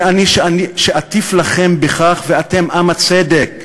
מי אני שאטיף לכם בכך, ואתם עם הצדק,